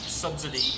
Subsidy